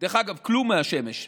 דרך אגב, כלום מהשמש.